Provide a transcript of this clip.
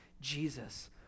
Jesus